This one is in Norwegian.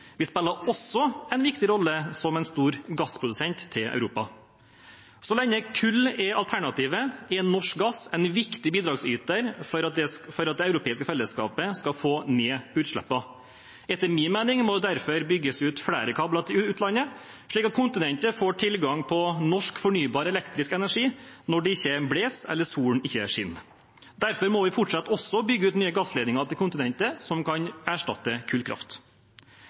Vi spiller også en viktig rolle som en stor gassprodusent for Europa. Så lenge kull er alternativet, er norsk gass en viktig bidragsyter til at det europeiske fellesskapet skal få ned utslippene. Etter min mening må det derfor bygges ut flere kabler til utlandet, slik at kontinentet får tilgang på norsk fornybar elektrisk energi når det ikke blåser, eller når solen ikke skinner. Derfor må vi fortsette å bygge ut nye gassledninger til kontinentet som kan erstatte kullkraft.